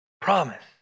Promise